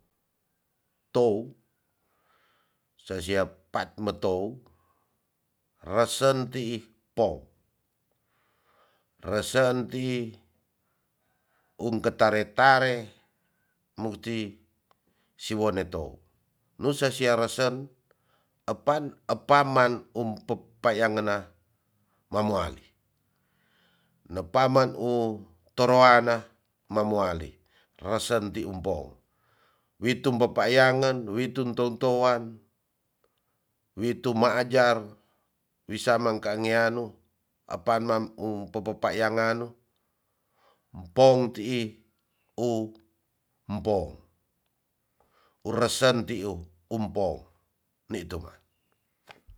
Tou sasiat pat metou resen tii po resen tii ung ketare tare musti siwo ne tou nusa sia resen e paman um pepaya ngena mamoali ne paman u toroana mamoali resen ti umpou witum pepayangen witum ton toan witum ajar wi saman kangeanu e paman um pepepayangan mpong tii u mpong u resen tiu umpong nitu ma